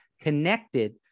connected